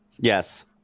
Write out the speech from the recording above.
Yes